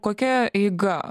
kokia eiga